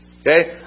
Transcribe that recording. Okay